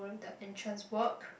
the entrance work